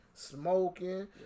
smoking